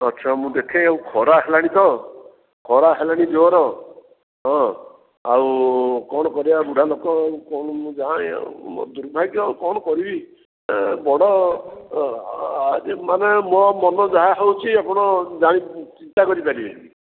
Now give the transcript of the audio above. ଆଚ୍ଛା ମୁଁ ଦେଖେ ଆଉ ଖରା ହେଲାଣି ତ ଖରା ହେଲାଣି ଜୋର୍ ହଁ ଆଉ କଣ କରିବା ବୁଢ଼ାଲୋକ କଣ ମୁଁ ଯାଏଁ ଆଉ ମୋ ର୍ଦୁଭାଗ୍ୟ ଆଉ କଣ କରିବି ଏଁ ବଡ଼ ମାନେ ମୋ ମନ ଯାହା ହେଉଛି ଆପଣ ଜାଣି ଚିନ୍ତା କରିପାରିବେନି